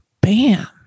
Bam